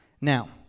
Now